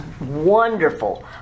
wonderful